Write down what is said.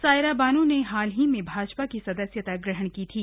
सायरा बानों ने हाल ही में भाजपा की सदस्यता ग्रहण की थी